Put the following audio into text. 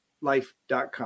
life.com